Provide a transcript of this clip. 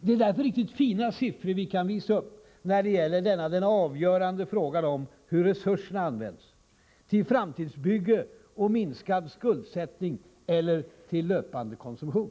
Det är därför riktigt fina siffror vi kan visa upp, när det gäller denna den avgörande frågan om hur resurserna använts — till framtidsbygge och minskad skuldsättning eller till löpande konsumtion.